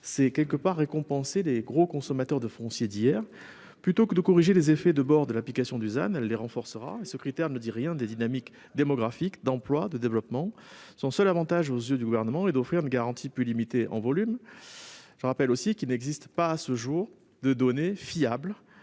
c'est en quelque sorte récompenser les gros consommateurs de foncier d'hier. Plutôt que de corriger les effets de bord de l'application du ZAN, on les renforcera ! Eh oui ! Bien sûr ! En outre, ce critère ne prend nullement en considération les dynamiques démographiques, d'emploi, ou de développement. Son seul avantage, aux yeux du Gouvernement, est d'offrir une garantie plus limitée en volume. Je rappelle aussi qu'il n'existe pas, à ce jour, de données fiables